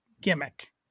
gimmick